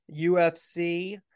UFC